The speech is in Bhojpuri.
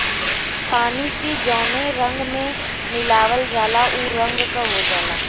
पानी के जौने रंग में मिलावल जाला उ रंग क हो जाला